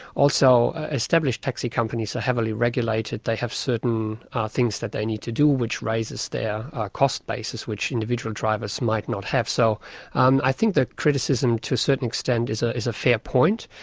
also, established taxi companies are heavily regulated, they have certain things that they need to do which raises their cost basis which individual drivers might not have. so and i think that criticism to a certain extent is ah is a fair point,